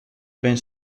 ben